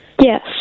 yes